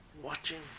watching